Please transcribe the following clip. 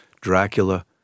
Dracula